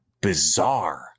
bizarre